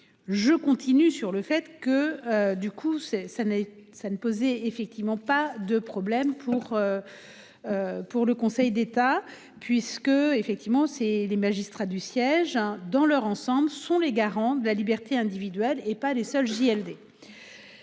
Je continue sur le fait que du coup c'est ça ne ça ne effectivement pas de problème pour. Pour le Conseil d'État, puisque effectivement c'est les magistrats du siège hein dans leur ensemble sont les garants de la liberté individuelle et pas les seuls JLD.